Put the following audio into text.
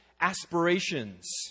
aspirations